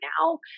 now